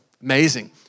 Amazing